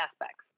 aspects